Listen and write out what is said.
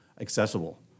accessible